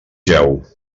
jeu